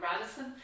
Radisson